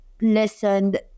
listen